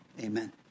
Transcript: Amen